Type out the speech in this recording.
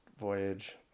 Voyage